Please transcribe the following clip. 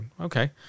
okay